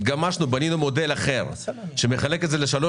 התגמשנו ובנינו מודל אחר שמחלק את זה לשלוש